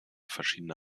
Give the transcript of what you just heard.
verschiedene